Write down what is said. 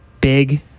big